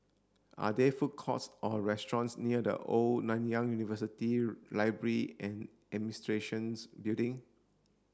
are there food courts or restaurants near The Old Nanyang University Library and Administrations Building